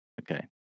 Okay